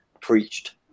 preached